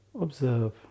observe